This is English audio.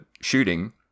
shooting